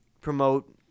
promote